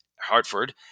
Hartford